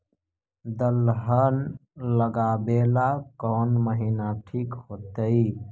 दलहन लगाबेला कौन महिना ठिक होतइ?